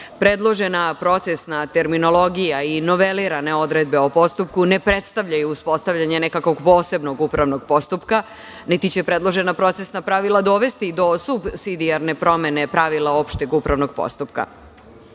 uprave. Predložena procesna terminologija i inovelirane odredbe o postupku, ne predstavljaju uspostavljanje nekog posebnog upravnog postupka, niti će predložena procesna pravila dovesti do subsidijarne promene pravila opšteg upravnog postupka. Dakle,